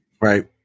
right